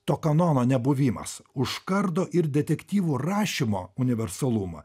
to kanono nebuvimas užkardo ir detektyvų rašymo universalumą